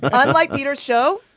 but unlike peter's show,